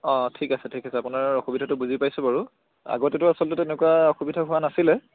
অঁ ঠিক আছে ঠিক আছে আপোনাৰ অসুবিধাটো বুজি পাইছোঁ বাৰু আগতেতো আচলতে তেনেকুৱা অসুবিধা হোৱা নাছিলে